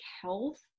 health